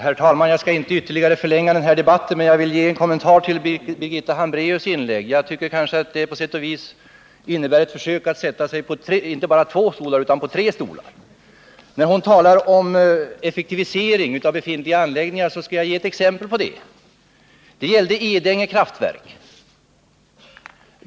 Herr talman! Jag skall inte ytterligare förlänga debatten, men jag vill göra en kommentar till Birgitta Hambraeus inlägg. Jag tycker att det hon sade på sätt och vis innebär ett försök att sätta sig inte bara på två utan på tre stolar. När det gäller hennes tal om effektivisering av befintliga anläggningar vill jag som exempel nämna Edänge kraftverk.